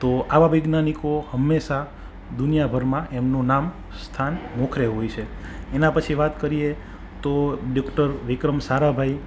તો આવા વૈજ્ઞાનિકો હંમેશા દુનિયાભરમાં એમનું નામ સ્થાન મોખરે હોય છે એના પછી વાત કરીએ તો ડૉક્ટર વિક્રમ સારાભાઈ